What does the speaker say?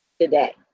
today